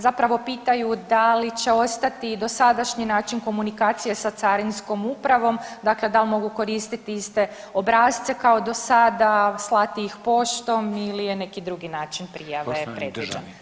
Zapravo pitaju da li će ostati dosadašnji način komunikacije sa Carinskom upravom, dakle da li mogu koristiti iste obrasce kao do sada, slati ih poštom ili je neki drugi način prijave.